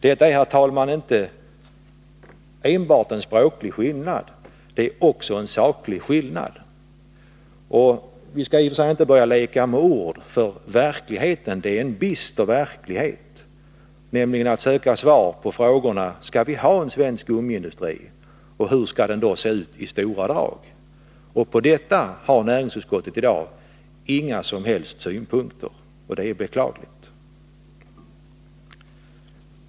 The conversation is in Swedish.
Detta är, herr talman, inte enbart en språklig skillnad utan också en saklig skillnad. Vi skall i och för sig inte börja leka med ord, för verkligheten är bister. Vad det gäller är att söka svar på frågorna: Skall vi ha en svensk gummiindustri? Och hur skall den då se ut i stora drag? På detta har näringsutskottet i dag inga som helst synpunkter, och det är beklagligt.